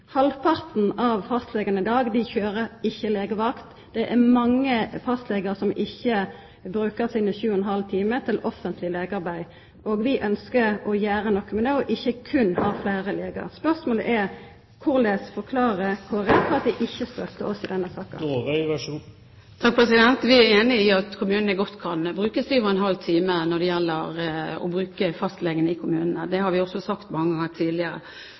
Halvparten av fastlegane i dag kjører ikkje legevakt. Det er mange fastlegar som ikkje brukar sju og ein halv time til offentleg legearbeid. Vi ønskjer å gjera noko med det, ikkje berre ha fleire legar. Spørsmålet er: Korleis forklarar Kristeleg Folkeparti at dei ikkje støttar oss i denne saka? Vi er enig i at fastlegene godt kan tilpliktes å bruke sju og en halv time pr. uke i kommunene. Det har vi også sagt mange